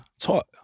taught